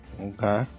Okay